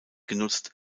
genutzt